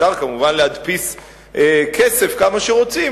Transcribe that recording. אפשר כמובן להדפיס כסף כמה שרוצים,